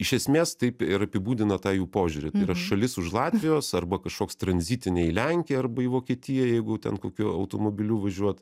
iš esmės taip ir apibūdina tą jų požiūrį tai yra šalis už latvijos arba kažkoks tranzitinė į lenkiją arba į vokietiją jeigu ten kokiu automobiliu važiuot